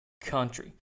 country